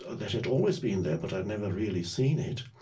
ah that had always been there but i'd never really seen it.